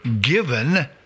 given